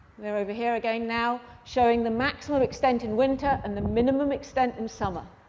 we're over here, again, now showing the maximum extent in winter and the minimum extent in summer.